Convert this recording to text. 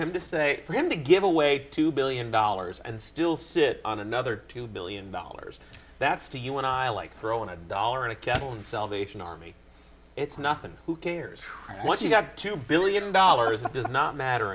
him to say for him to give away two billion dollars and still sit on another two billion dollars that's to you when i like throw in a dollar in a kettle and salvation army it's nothing who cares what you got two billion dollars does not matter